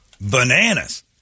Bananas